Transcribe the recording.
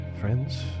friends